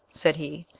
said he,